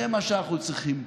זה מה שאנחנו צריכים פה.